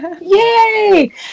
yay